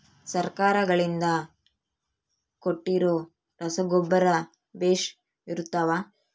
ಸರ್ಕಾರಗಳಿಂದ ಕೊಟ್ಟಿರೊ ರಸಗೊಬ್ಬರ ಬೇಷ್ ಇರುತ್ತವಾ?